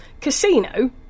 casino